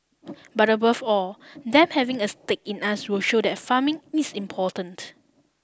but above all them having a stake in us will show that farming is important